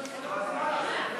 אז אתה